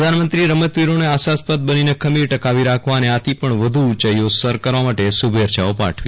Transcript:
પ્રધાનમંત્રીએ રમતવીરોને આશાસ્પદ બનીને ખમીર ટકાવી રાખવા અને આથી પણ વધુ ઉંચાઇઓ સર કરવા માટે શુભેચ્છાઓ પાઠવી